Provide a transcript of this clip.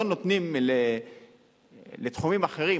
לא נותנים לתחומים אחרים,